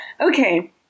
okay